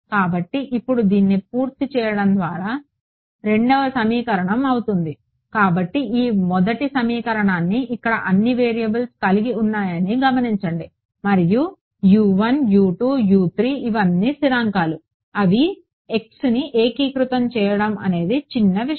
కాబట్టి ఇప్పుడు దీన్ని పూర్తి చేయడం ద్వారా రెండవ సమీకరణం అవుతుంది కాబట్టి ఈ 1వ సమీకరణాన్ని ఇక్కడ అన్ని వేరియబుల్స్ కలిగి ఉన్నాయని గమనించండి మరియు అవి అన్నీ స్థిరాంకాలు అవి xని ఏకీకృతం చేయడం అనేది చిన్నవిషయం